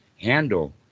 handle